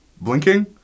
Blinking